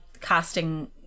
casting